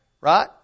right